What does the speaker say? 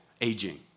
aging